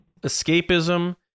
escapism